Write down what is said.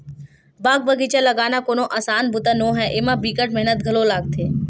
बाग बगिचा लगाना कोनो असान बूता नो हय, एमा बिकट मेहनत घलो लागथे